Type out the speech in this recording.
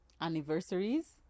anniversaries